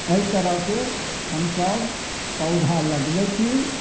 एहि तरहके हमसब पौधा लगबै छी